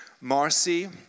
Marcy